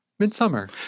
Midsummer